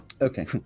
Okay